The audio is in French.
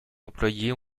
employés